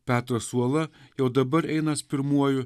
petras uola jau dabar einas pirmuoju